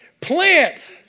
plant